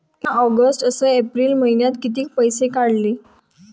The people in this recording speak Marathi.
म्या ऑगस्ट अस एप्रिल मइन्यात कितीक पैसे काढले?